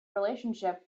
relationship